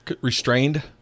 restrained